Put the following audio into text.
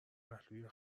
پهلوی